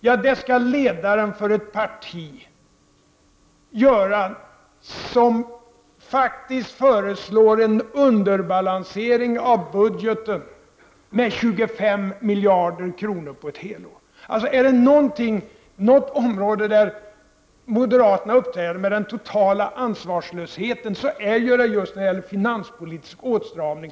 Ja, det skall ledaren för ett parti göra som faktiskt föreslår en underbalansering av budgeten med 25 miljarder kronor på ett helt år! Är det något område där moderaterna uppträder med den totala ansvarslösheten, så är det ju just när det gäller finanspolitisk åtstramning.